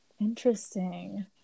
interesting